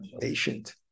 patient